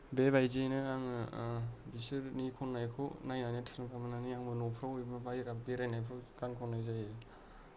बेबायदियैनो आङो बिसोरनि खननायखौ नायनानै थुलुंगा मोननानै आंबो न'फ्राव एबा बाहेराव बेरायनायफ्राव गान खननाय जायो